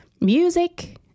music